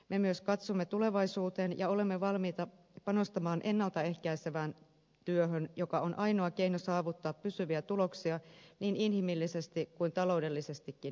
me myös katsomme tulevaisuuteen ja olemme valmiita panostamaan ennalta ehkäisevään työhön joka on ainoa keino saavuttaa pysyviä tuloksia niin inhimillisesti kuin taloudellisestikin mitaten